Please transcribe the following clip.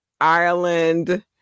Ireland